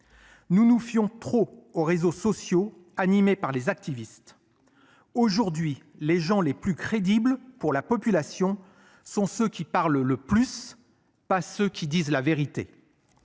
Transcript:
Nous nous fions trop aux réseaux sociaux animée par les activistes. Aujourd'hui, les gens les plus crédibles pour la population sont ceux qui parlent le plus. Pas ce qu'ils disent la vérité.